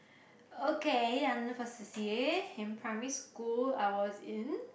okay under first C_C_A in primary school I was in